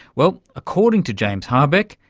well, according to james harbeck,